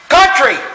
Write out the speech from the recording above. country